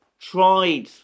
tried